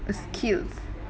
skills